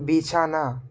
বিছানা